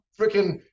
freaking